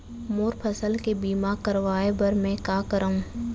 मोर फसल के बीमा करवाये बर में का करंव?